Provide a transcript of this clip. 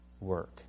work